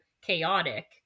chaotic